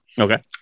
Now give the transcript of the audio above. Okay